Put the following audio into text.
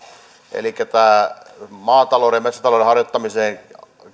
elikkä maatalouden ja metsätalouden harjoittamiseen